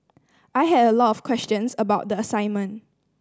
I had a lot of questions about the assignment